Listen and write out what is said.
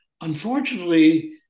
Unfortunately